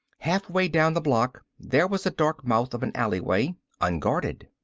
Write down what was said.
halfway down the block there was a dark mouth of an alleyway unguarded.